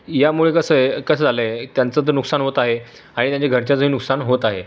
यामुळे कसं आहे कसं झालं आहे त्यांचं तर नुकसान होत आहे आणि त्यांच्या घरच्यांचंही नुकसान होत आहे